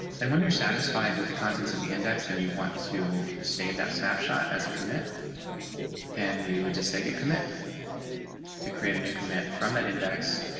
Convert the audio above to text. and when you're satisfied with the contents of the index and you want to save that snapshot as a commit and you would just take it commit to create a new command from that index.